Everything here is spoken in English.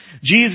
Jesus